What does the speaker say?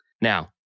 Now